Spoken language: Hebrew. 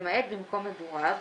למעט במקום מגוריו,